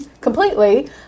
completely